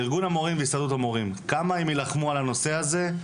עד כמה ארגון המורים והסתדרות המורים יילחמו על הנושא הזה?